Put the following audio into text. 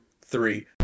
three